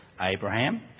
Abraham